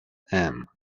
avengers